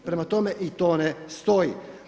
Prema tome, i to ne stoji.